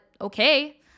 okay